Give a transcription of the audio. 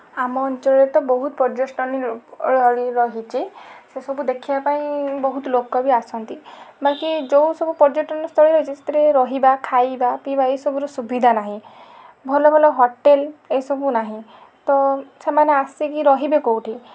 ଆମ ଅଞ୍ଚଳରେ ତ ବହୁତ ରହିଛି ସେସବୁ ଦେଖିବା ପାଇଁ ବହୁତ ଲୋକ ବି ଆସନ୍ତି ବାକି ଯେଉଁ ସବୁ ପର୍ଯ୍ୟଟନସ୍ଥଳୀ ରହିଛି ସେଥିରେ ରହିବା ଖାଇବା ପିଇବା ଏସବୁର ସୁବିଧା ନାହିଁ ଭଲ ଭଲ ହୋଟେଲ ଏସବୁ ନାହିଁ ତ ସେମାନେ ଆସିକି ରହିବେ କେଉଁଠି